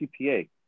CPA